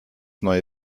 neue